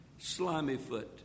Slimyfoot